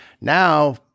now